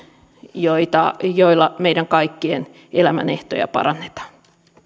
joilla meidän kaikkien elämänehtoja parannetaan